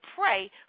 pray